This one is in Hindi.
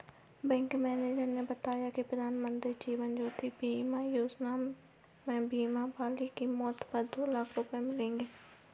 बैंक मैनेजर ने बताया कि प्रधानमंत्री जीवन ज्योति बीमा योजना में बीमा वाले की मौत पर दो लाख रूपये मिलेंगे